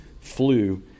flu